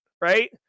right